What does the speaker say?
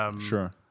sure